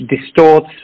distorts